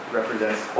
represents